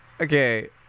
Okay